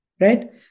right